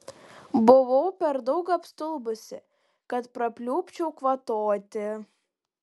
buvau per daug apstulbusi kad prapliupčiau kvatoti